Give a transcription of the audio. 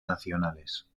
nacionales